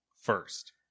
first